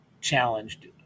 challenged